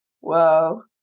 Wow